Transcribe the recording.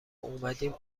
اومدیم